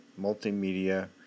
multimedia